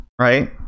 right